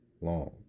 long